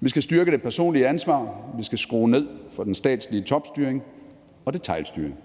Vi skal styrke det personlige ansvar, vi skal skrue ned for den statslige topstyring og detailstyring.